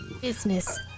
Business